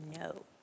no